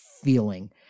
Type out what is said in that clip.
feeling